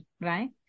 right